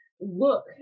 look